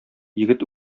егет